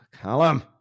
Callum